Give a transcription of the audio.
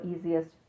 easiest